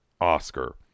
Oscar